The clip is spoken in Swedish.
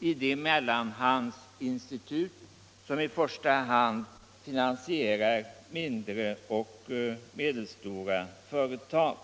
i de mellanhandsinstitut som i första hand finansierar mindre och medelstora företag.